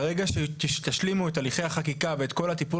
ברגע שתשלימו את הליכי החקיקה ואת כל הטיפול